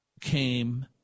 came